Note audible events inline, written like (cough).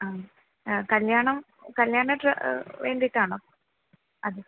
ആ കല്യാണം കല്യാണ (unintelligible) വേണ്ടിയാണോ അതെ